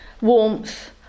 warmth